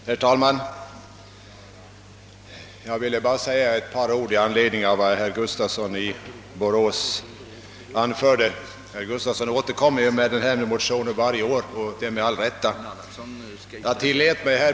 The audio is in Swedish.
Herr talman! Jag vill bara säga några ord i anledning av vad herr Gustafsson i Borås anförde. Herr Gustafsson återkommer med sin motion varje år — och med all rätt.